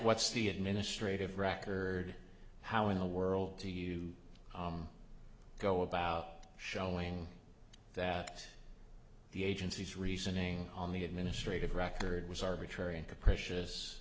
what's the administrative record how in the world do you go about showing that the agency's reasoning on the administrative record was arbitrary and capricious